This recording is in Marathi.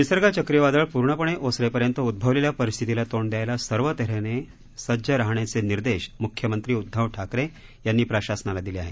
निसर्ग चक्रीवादळ पूर्णपणे ओसरेपर्यंत उद्भवलेल्या परिस्थितीला तोंड द्यायला सर्व तऱ्हेने सज्ज राहण्याचे निर्देश मुख्यमंत्री उद्धव ठाकरे यांनी प्रशासनाला दिले आहेत